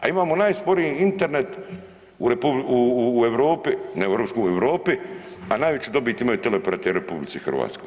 A imamo najsporiji internet u Europi, ne u EU, u Europi, a najveću dobiti imaju teleoperateri u RH.